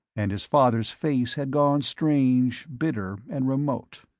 and his father's face had gone strange, bitter and remote.